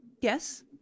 Yes